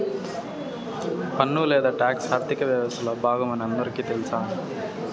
పన్ను లేదా టాక్స్ ఆర్థిక వ్యవస్తలో బాగమని అందరికీ తెల్స